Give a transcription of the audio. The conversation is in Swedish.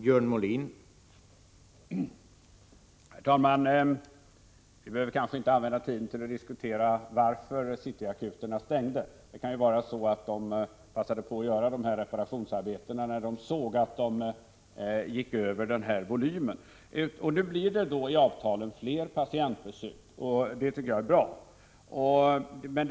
Herr talman! Vi behöver inte använda tiden till att diskutera varför City-akuterna stängde. Det kanske var så att de passade på att göra reparationsarbetena när de såg att besöksfrekvensen blev större än volymen i avtalen. Nu blir det alltså fler patientbesök genom de nya avtalen, och det är bra.